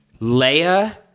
Leia